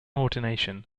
ordination